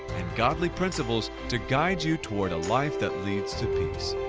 and godly principles to guide you toward a life that leads to peace.